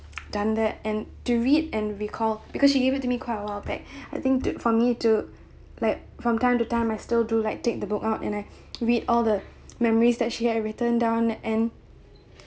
done that and to read and recalled because she gave it to me quite a while back I think for me to like from time to time I still do like take the book out and I read all the memories that she had written down and